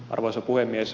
arvoisa puhemies